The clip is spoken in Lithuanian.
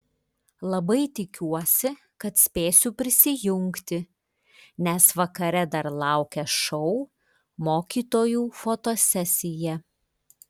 labai tikiuosi kad spėsiu prisijungti nes vakare dar laukia šou mokytojų fotosesija